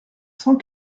cent